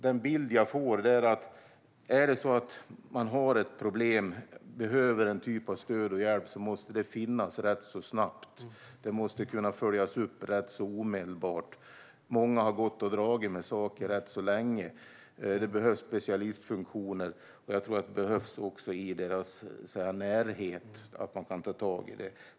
Den bild jag får är att om man har ett problem och behöver en typ av stöd och hjälp måste den finnas snabbt och det måste kunna följas upp omedelbart. Många har gått och dragit med saker länge, och det behövs specialistfunktioner, också i deras närhet, så att man kan ta tag i det.